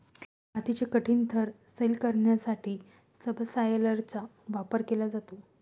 मातीचे कठीण थर सैल करण्यासाठी सबसॉयलरचा वापर केला जातो